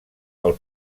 pel